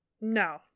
no